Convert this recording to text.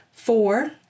Four